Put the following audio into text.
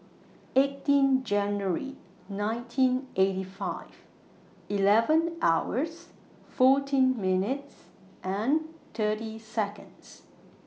eighteen January nineteen eighty five eleven hours fourteen minutes and thirty Seconds